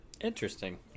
Interesting